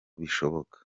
bishoboka